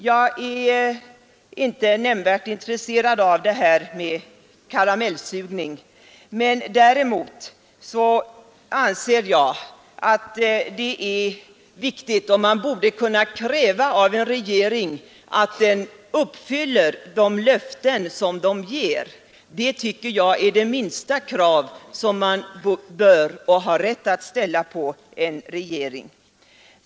Jag är inte nämnvärt intresserad av karamellsugning, men jag anser att man borde kunna kräva att en regering uppfyller sina löften. Jag tycker att det är det minsta krav man bör ställa och har rätt att ställa på en regering.